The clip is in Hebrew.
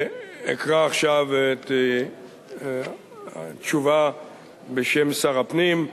אקרא עכשיו תשובה בשם שר הפנים.